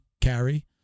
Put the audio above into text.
carry